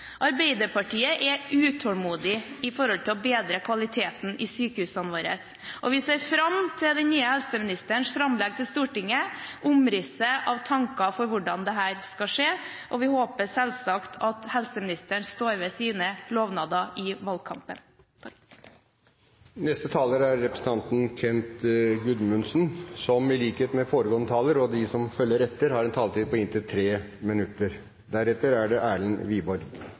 Arbeiderpartiet er utålmodig når det gjelder å bedre kvaliteten i sykehusene våre, og vi ser fram til den nye helseministerens framlegg for Stortinget, hvor vi får omrisset av tanker for hvordan dette skal skje. Og vi håper selvsagt at helseministeren står ved sine lovnader fra valgkampen. Vi lever i et av verdens beste land. Mye er bra, og spesielt representantene fra den avgåtte regjeringen har den siste tiden minnet oss om hvor bra det